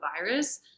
virus